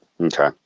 okay